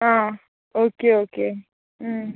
आं okay okay